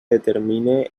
determine